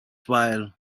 file